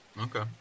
Okay